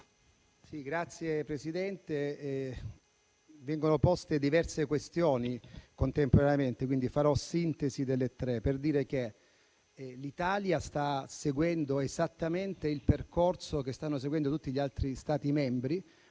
Signor Presidente, vengono poste diverse questioni contemporaneamente, quindi farò una sintesi delle tre per dire che l'Italia sta seguendo esattamente il percorso che stanno seguendo tutti gli altri Stati membri.